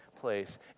place